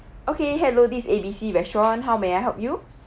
okay hello this A B C restaurant how may I help you